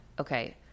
okay